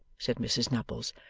said mrs nubbles,